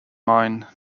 mind